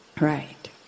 Right